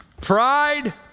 pride